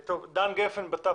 בהיתרים זמנים.